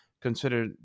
consider